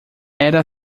era